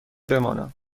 بمانم